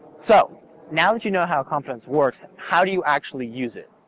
so now that you know how confidence works, how do you actually use it?